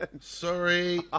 Sorry